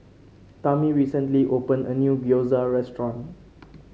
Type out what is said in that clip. Tami recently opened a new Gyoza Restaurant